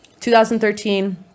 2013